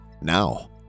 now